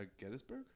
Gettysburg